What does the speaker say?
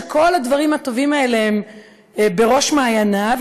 שכל הדברים הטובים האלה הם בראש מעייניו,